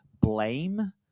blame